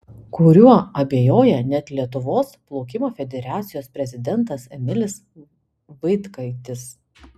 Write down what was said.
kuriuo abejoja net lietuvos plaukimo federacijos prezidentas emilis vaitkaitis